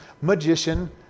magician